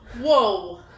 Whoa